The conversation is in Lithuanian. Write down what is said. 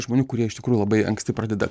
žmonių kurie iš tikrųjų labai anksti pradeda